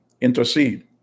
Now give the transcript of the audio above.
intercede